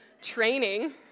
Training